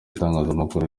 itangazamakuru